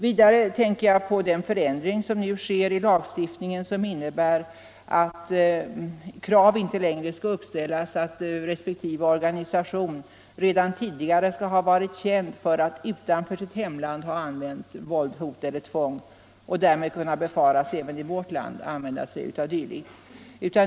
Vidare tänker jag på den förändring som nu sker i lagstiftningen och som innebär att krav inte längre skall uppställas att resp. organisation redan tidigare skall ha varit känd för att utanför sitt hemland ha använt våld, hot eller tvång och därmed kan befaras även i vårt land använda sig av dylikt.